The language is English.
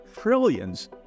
trillions